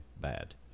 bad